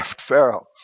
Pharaoh